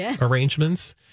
arrangements